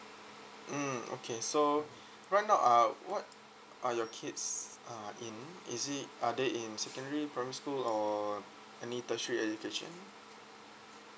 mm okay so right now uh what are your kids uh in is it are they in secondary primary school or any tertiary education